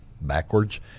backwards